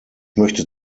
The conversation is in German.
möchte